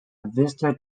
vista